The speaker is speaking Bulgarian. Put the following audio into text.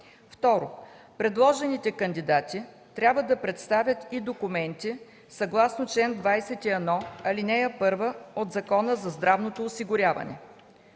2. Предложените кандидати трябва да представят и документи, съгласно чл. 21, ал. 1 от Закона за здравно осигуряване.